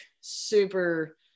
super